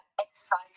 exercise